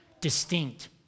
distinct